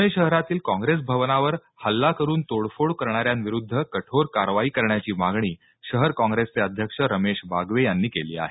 प्णे शहरातील काँग्रेस भवनावर हल्ला करून तोडफोड करणाऱ्यांविरुद्ध कठोर कारवाई करण्याची मागणी शहर काँग्रेसचे अध्यक्ष रमेश बागवे यांनी केली आहे